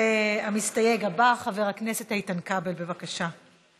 המסתייג הבא, חבר הכנסת איתן כבל, בבקשה.